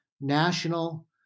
national